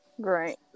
Great